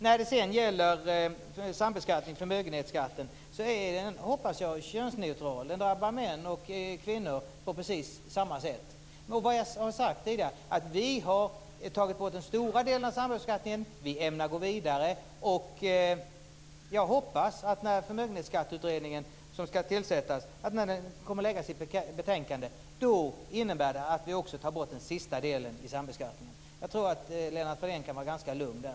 Jag hoppas att sambeskattningen av förmögenhetsskatten är könsneutral. Den drabbar män och kvinnor på precis samma sätt. Jag har tidigare sagt att vi har tagit bort den stora delen av sambeskattningen. Vi ämnar gå vidare. Jag hoppas att när den förmögenhetsskatteutredning som ska tillsättas lägger fram sitt betänkande kommer det att innebära att vi också tar bort den sista delen av sambeskattningen. Jag tror att Lennart Fridén kan vara ganska lugn där.